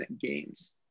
games